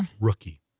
Rookie